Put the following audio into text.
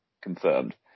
confirmed